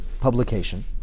publication